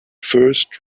first